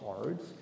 cards